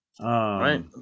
right